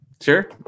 sure